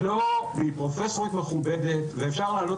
היא פרופסורית מכובדת ואפשר להעלות